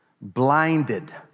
Blinded